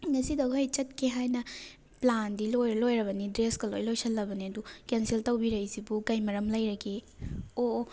ꯉꯁꯤꯗꯣ ꯑꯩꯈꯣꯏ ꯆꯠꯀꯦ ꯍꯥꯏꯅ ꯄ꯭ꯂꯥꯟꯗꯤ ꯂꯣꯏ ꯂꯣꯏꯔꯕꯅꯤ ꯗ꯭ꯔꯦꯁꯀ ꯂꯣꯏ ꯂꯣꯏꯁꯜꯂꯕꯅꯤ ꯑꯗꯣ ꯀꯦꯟꯁꯦꯜ ꯇꯧꯕꯤꯔꯛꯏꯁꯤꯕꯨ ꯀꯩ ꯃꯔꯝ ꯂꯩꯔꯒꯦ ꯑꯣ ꯑꯣ